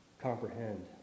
comprehend